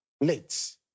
late